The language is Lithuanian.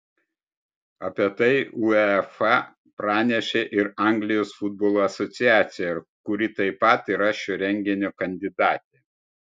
apie tai uefa pranešė ir anglijos futbolo asociacija kuri taip pat yra šio renginio kandidatė